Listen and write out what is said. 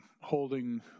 holding